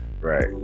Right